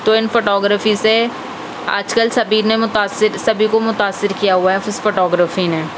تو اِن photography سے آج کل سبھی نے متاثر سبھی کو متاثر کیا ہُوا ہے اِس فوٹو گرافی نے